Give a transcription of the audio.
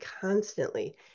constantly